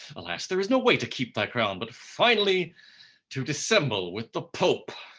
alas, there is no way to keep thy crown, but finely to dissemble with the pope